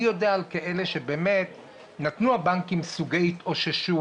אני יודע על כאלה שנתנו הבנקים סוגי התאוששו,